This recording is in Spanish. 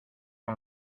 con